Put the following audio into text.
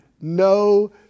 no